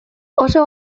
oso